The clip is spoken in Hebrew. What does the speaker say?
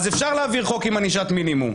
אז אפשר להעביר חוק עם ענישת מינימום.